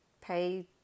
Pay